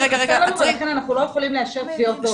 אנחנו לא יכולים לאשר תביעות באופן נפרד.